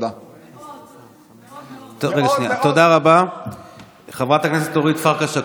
השבוע אדבר על מחלה נדירה הנקראת ASPS,